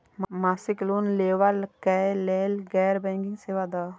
मासिक लोन लैवा कै लैल गैर बैंकिंग सेवा द?